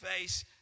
face